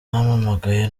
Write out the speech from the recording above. bampamagaye